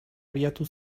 abiatu